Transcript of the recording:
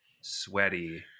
sweaty